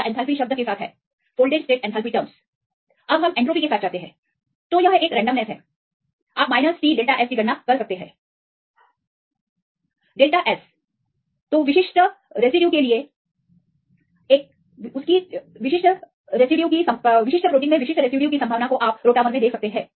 अब हम एन्ट्रापी शब्द के साथ जाते हैं तो यह एक रेंडमनेस है आप T डेल्टा S की गणना कर सकते हैं Delta S you can calculate the probability of a residue in a specific rotamer So in this case you can see delta S equal to minus R into delta p i ln p i is a probability of a residue in a specific rotamer in specific conformation Rotate around any single bond how many conformations each atoms can take delta S आप एक विशिष्ट rotamer में एक की संभावना की गणना कर सकते हैं